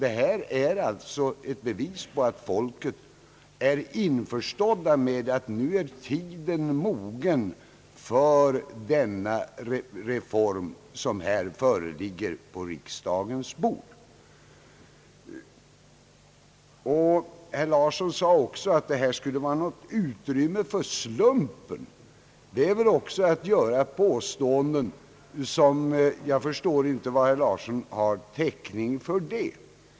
Detta är ett bevis på att folket är införstått med den reform som nu ligger på riksdagens bord. Herr Larsson sade också att här skulle finnas utrymme för slumpen. Jag förstår inte vad herr Larsson kan ha för täckning för sådana påståenden.